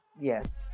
yes